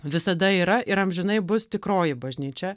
visada yra ir amžinai bus tikroji bažnyčia